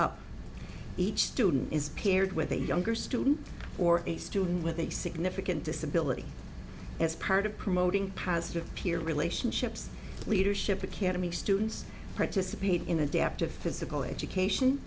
up each student is paired with a younger student or a student with a significant disability as part of promoting positive peer relationships leadership academy students participate in adaptive physical education